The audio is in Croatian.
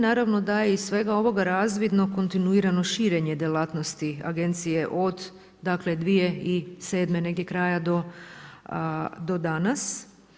Naravno da je iz svega ovoga razvidno kontinuirano širenje djelatnosti agencije od 2007. negdje kraja do danas.